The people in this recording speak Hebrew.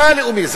מה לאומי?